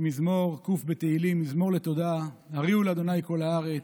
מזמור ק' בתהלים: "מזמור לתודה הריעו לה' כל הארץ.